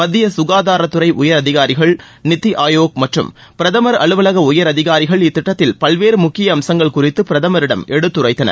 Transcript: மத்திய சுகாதாரத்துறை உயரதிகாரிகள் நித்தி ஆயோக் மற்றம் பிரதமர் அலுவலக உயரதிகாரிகள் இத்திட்டத்தில் பல்வேறு முக்கிய அம்சங்கள் குறித்து பிரதமரிடம் எடுத்துரைத்தனர்